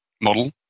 model